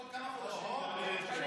אוהו, הצבעת,